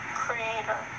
creator